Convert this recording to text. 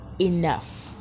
enough